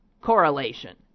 correlation